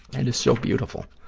and is so beautiful.